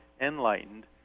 enlightened